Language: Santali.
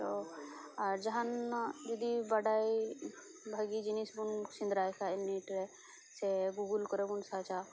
ᱛᱳ ᱟᱨ ᱡᱟᱦᱟᱸᱱᱟᱜ ᱡᱩᱫᱤ ᱵᱟᱰᱟᱭ ᱵᱷᱟᱹᱜᱤ ᱡᱤᱱᱤᱥ ᱵᱚᱱ ᱥᱮᱫᱽᱨᱟᱭ ᱠᱷᱟᱱ ᱱᱮᱴ ᱨᱮ ᱥᱮ ᱜᱩᱜᱩᱞ ᱠᱚᱨᱮ ᱵᱚ ᱥᱟᱨᱪᱼᱟ